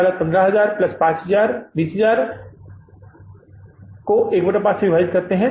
वह 15 है इसलिए यह कितना बन जाता है